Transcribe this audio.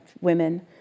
women